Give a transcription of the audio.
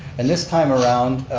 and this time around,